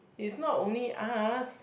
it's not only us